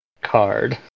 card